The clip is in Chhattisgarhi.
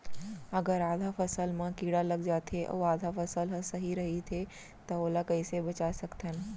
अगर आधा फसल म कीड़ा लग जाथे अऊ आधा फसल ह सही रइथे त ओला कइसे बचा सकथन?